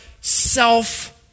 self